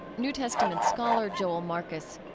new testament scholar joel marcus.